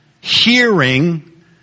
hearing